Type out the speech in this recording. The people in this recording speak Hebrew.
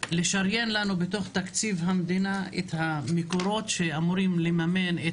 היא לשריין לנו בתוך תקציב המדינה את המקורות שאמורים לממן את